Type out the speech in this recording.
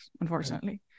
unfortunately